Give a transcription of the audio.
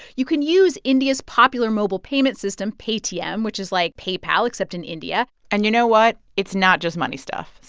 you can use india's popular mobile payment system paytm, which is like paypal, except in india and you know what? it's not just money stuff.